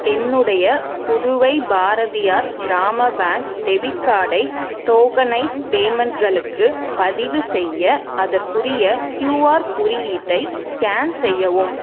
என்னுடைய Puduvai Bharathiyar Grama bank debit கார்டை tokenised பேமெண்ட்களுக்கு பதிவுசெய்ய அதற்குரிய க்யூஆர் குறியீட்டை ஸ்கேன் செய்யவும்